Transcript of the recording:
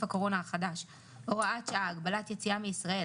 הקורונה החדש (הוראת שעה) (הגבלת היציאה מישראל),